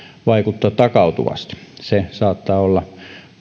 vaikuttaa takautuvasti se saattaa olla